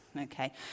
okay